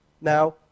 Now